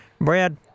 Brad